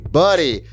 buddy